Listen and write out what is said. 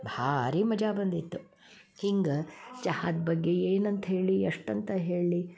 ಭಾರಿ ಮಜಾ ಬಂದಿತ್ತು ಹಿಂಗೆ ಚಹಾದ ಬಗ್ಗೆ ಏನಂತ ಹೇಳಲಿ ಎಷ್ಟಂತ ಹೇಳಲಿ